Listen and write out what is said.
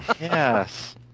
Yes